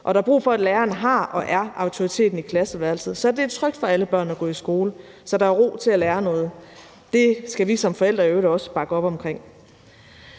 og der er brug for, at læreren har og er autoriteten i klasseværelset, så det er trygt for alle børn at gå i skole, så der er ro til at lære noget. Det skal vi som forældre i øvrigt også bakke op omkring.